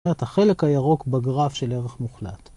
זאת אומרת החלק הירוק בגרף של ערך מוחלט.